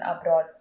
abroad